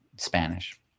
Spanish